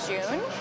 June